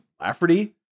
Lafferty